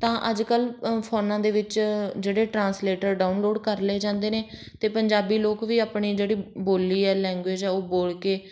ਤਾਂ ਅੱਜ ਕੱਲ੍ਹ ਫੋਨਾਂ ਦੇ ਵਿੱਚ ਜਿਹੜੇ ਟਰਾਂਸਲੇਟਰ ਡਾਊਨਲੋਡ ਕਰ ਲਏ ਜਾਂਦੇ ਨੇ ਅਤੇ ਪੰਜਾਬੀ ਲੋਕ ਵੀ ਆਪਣੀ ਜਿਹੜੀ ਬੋਲੀ ਹੈ ਲੈਂਗੁਏਜ ਹੈ ਉਹ ਬੋਲ ਕੇ